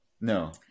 no